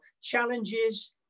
challenges